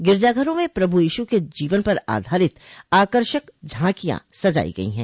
गिरजाघरों में प्रभु यीशु के जीवन पर आधारित आकर्षक झांकियां सजाई गई हैं